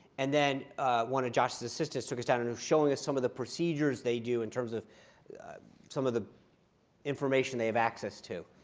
and then one of josh's assistants took us down and was showing us some of the procedures they do, in terms of some of the information they have access to,